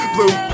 Blue